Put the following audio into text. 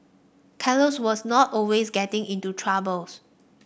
Carlos was not always getting into troubles